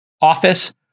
office